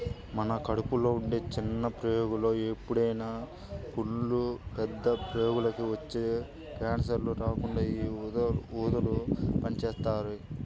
మన కడుపులో ఉండే చిన్న ప్రేగుల్లో ఏర్పడే పుళ్ళు, పెద్ద ప్రేగులకి వచ్చే కాన్సర్లు రాకుండా యీ ఊదలు పనిజేత్తాయి